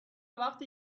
وقتی